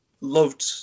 loved